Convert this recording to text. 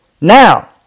Now